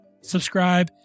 subscribe